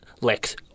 Lex